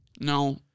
No